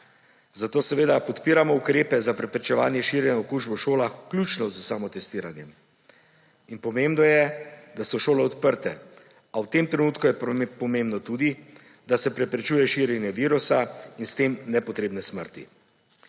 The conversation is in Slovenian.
Zato seveda podpiramo ukrepe za preprečevanje širjenja okužbe v šolah, vključno s samotestiranjem. Pomembno je, da so šole odprte, a v tem trenutku je pomembno tudi, da se preprečuje širjenje virusa in s tem nepotrebne smrti.